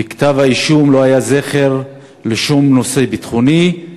בכתב-האישום לא היה זכר לשום נושא ביטחוני,